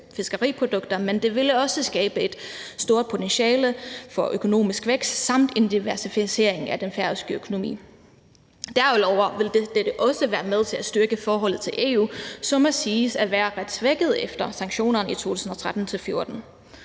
men det ville også skabe et større potentiale for økonomisk vækst samt en diversificering af den færøske økonomi. Derudover ville dette også være med til at styrke forholdet til EU, som må siges at være ret svækket efter sanktionerne i 2013-14.